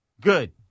good